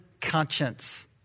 conscience